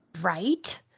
Right